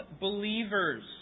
believers